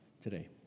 today